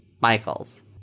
Michael's